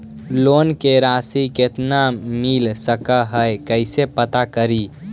Loan के रासि कितना मिल सक है कैसे पता करी?